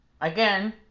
again